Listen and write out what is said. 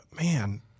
man